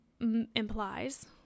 implies